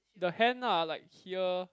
the hand lah like here